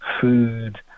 food